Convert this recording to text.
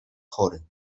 chory